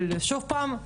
אבל שוב פעם,